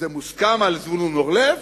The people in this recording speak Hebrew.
זה מוסכם על זבולון אורלב?